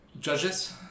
Judges